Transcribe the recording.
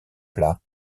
plats